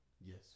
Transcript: Yes